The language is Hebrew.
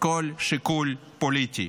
כל שיקול פוליטי.